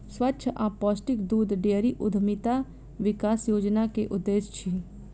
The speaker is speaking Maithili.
स्वच्छ आ पौष्टिक दूध डेयरी उद्यमिता विकास योजना के उद्देश्य अछि